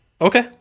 Okay